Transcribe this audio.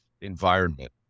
environment